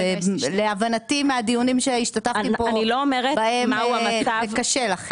להבנתי מהדיונים שהשתתפתי בהם זה קשה לכם.